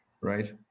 right